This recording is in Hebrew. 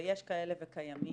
ויש כאלה וקיימים.